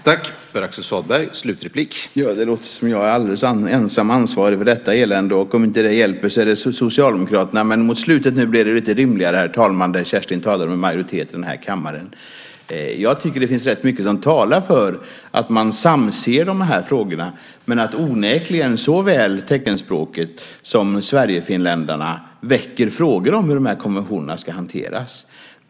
Herr talman! Det låter som om jag är ensam ansvarig för detta elände, och om det inte räcker så är det Socialdemokraterna. Mot slutet av repliken, där Kerstin talade om en majoritet i denna kammare, blev det lite rimligare. Det finns rätt mycket som talar för att man samser dessa frågor, men onekligen väcker såväl teckenspråket som sverigefinländarna frågor om hur konventionerna ska hanteras.